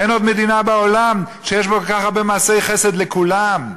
אין עוד מדינה בעולם שיש בה כל כך הרבה מעשי חסד לכולם,